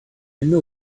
know